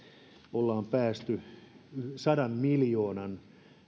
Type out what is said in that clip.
ollaan päästy sadan miljoonan